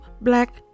black